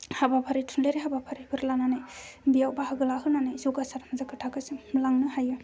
हाबाफारि थुनलाइआरि हाबाफारिफोर लानानै बेयाव बाहागो लाहोनानै बेयाव जौगासार हानजाखौ थाखोसिम लांनो हायो